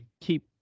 keep